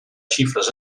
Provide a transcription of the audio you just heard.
xifres